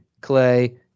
Clay